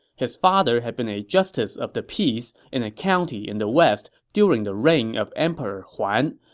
his father had been a justice of the peace in a county in the west during the reign of emperor huan,